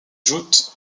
joutes